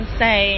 say